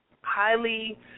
highly